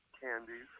candies